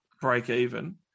break-even